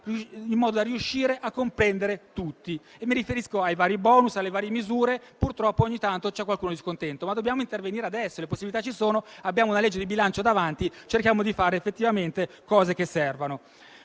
in modo da comprendere tutti. Mi riferisco ai vari *bonus* e alle varie misure. Purtroppo, ogni tanto, c'è qualcuno che rimane scontento, ma dobbiamo intervenire adesso, perché le possibilità ci sono: abbiamo la legge di bilancio davanti e, quindi, cerchiamo di fare effettivamente cose che servano.